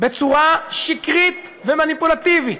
בצורה שקרית ומניפולטיבית,